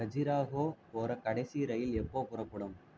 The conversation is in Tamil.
கஜுராஹோ போகிற கடைசி ரயில் எப்போ புறப்படும்